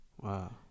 Wow